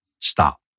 stop